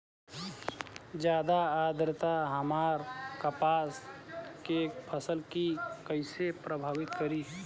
ज्यादा आद्रता हमार कपास के फसल कि कइसे प्रभावित करी?